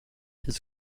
his